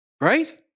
Right